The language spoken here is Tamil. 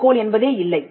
அளவுகோல் என்பதே இல்லை